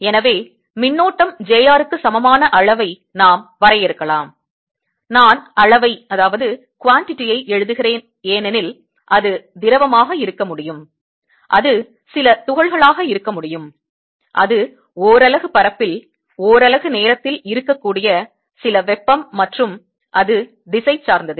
எனவே மின்னோட்டம் j r சமமான அளவை நாம் வரையறுக்கலாம் நான் அளவை எழுதுகிறேன் ஏனெனில் அது திரவமாக இருக்க முடியும் அது சில துகள்களாக இருக்க முடியும் அது ஓரலகு பரப்பில் ஓரலகு நேரத்தில் இருக்கக்கூடிய சில வெப்பம் மற்றும் அது திசை சார்ந்தது